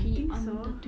I think so